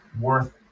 worth